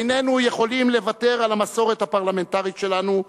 איננו יכולים לוותר על המסורת הפרלמנטרית שלנו,